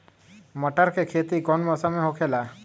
मटर के खेती कौन मौसम में होखेला?